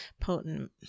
potent